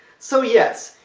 so yes,